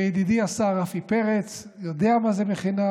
ידידי השר רפי פרץ יודע מה זה מכינה.